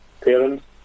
parents